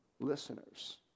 listeners